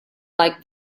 like